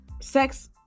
sex